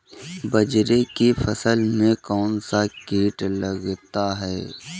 बाजरे की फसल में कौन सा कीट लगता है?